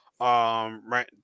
Right